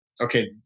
Okay